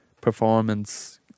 performance